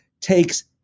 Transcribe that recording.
takes